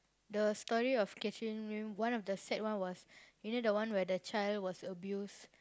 the story of Katherine one of the sad one was you know the one where the child was abused